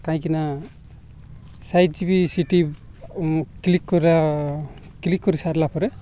କାହିଁକିନା ସାଇଜ୍ ବି ସେଠି କ୍ଲିକ୍ କର କ୍ଲିିକ୍ କରି ସାରିଲା ପରେ